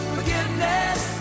Forgiveness